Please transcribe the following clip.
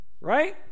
Right